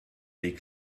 league